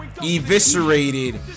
Eviscerated